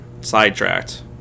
sidetracked